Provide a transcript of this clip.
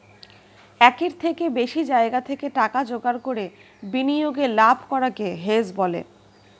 একের থেকে বেশি জায়গা থেকে টাকা জোগাড় করে বিনিয়োগে লাভ করাকে হেজ বলে